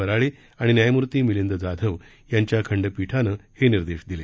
वराळे आणि न्यायमूर्ती मिलिंद जाधव यांच्या खंडपीठानं हे निर्देश दिले